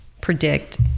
predict